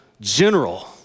general